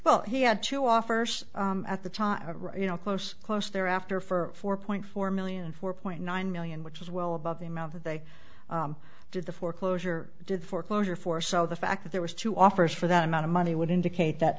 well he had two offers at the time you know close close there after for four point four million four point nine million which is well above the amount that they did the foreclosure did foreclosure for so the fact that there was two offers for that amount of money would indicate that